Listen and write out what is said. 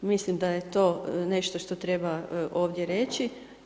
Mislim da je to nešto što treba ovdje reći.